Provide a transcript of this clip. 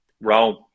Rome